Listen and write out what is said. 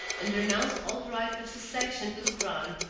and renounced all right of succession to the crown,